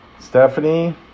Stephanie